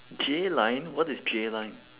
J line what is J line